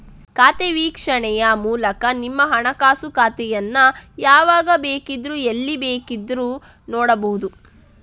ಖಾತೆ ವೀಕ್ಷಣೆಯ ಮೂಲಕ ನಿಮ್ಮ ಹಣಕಾಸು ಖಾತೆಯನ್ನ ಯಾವಾಗ ಬೇಕಿದ್ರೂ ಎಲ್ಲಿ ಬೇಕಾದ್ರೂ ನೋಡ್ಬಹುದು